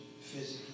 Physically